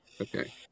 Okay